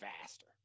faster